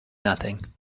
nothing